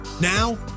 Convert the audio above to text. Now